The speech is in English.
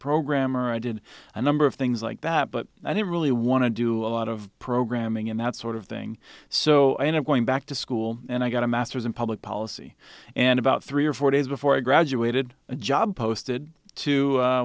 programmer i did a number of things like that but i didn't really want to do a lot of programming in that sort of thing so i end up going back to school and i got a master's in public policy and about three or four days before i graduated a job posted to